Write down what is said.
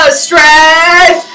stress